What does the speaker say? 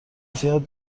زیاد